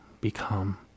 become